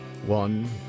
One